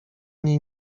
niej